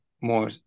more